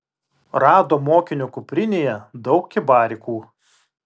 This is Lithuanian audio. rado mokinio kuprinėje daug kibarikų